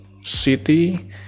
city